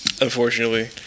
unfortunately